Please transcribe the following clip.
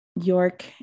York